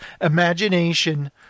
imagination